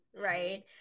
Right